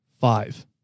Five